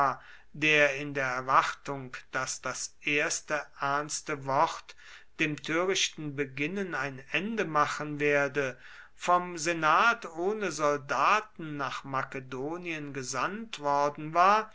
der in der erwartung daß das erste ernste wort dem törichten beginnen ein ende machen werde vom senat ohne soldaten nach makedonien gesandt worden war